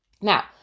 Now